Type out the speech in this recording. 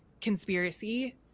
conspiracy